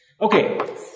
Okay